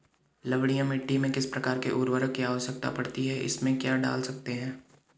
लवणीय मिट्टी में किस प्रकार के उर्वरक की आवश्यकता पड़ती है इसमें क्या डाल सकते हैं?